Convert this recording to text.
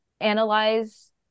analyze